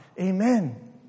Amen